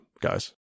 guys